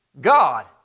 God